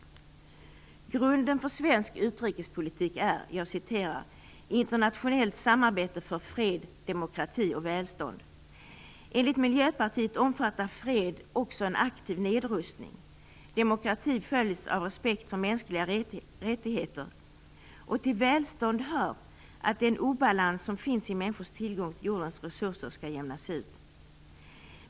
Grunden för svensk utrikespolitik är "internationellt samarbete för fred, demokrati och välstånd". Enligt Miljöpartiet omfattar fred också en aktiv nedrustning. Demokrati följs av respekt för mänskliga rättigheter, och till välstånd hör att den obalans som finns i människors tillgång till jordens resurser skall jämnas ut.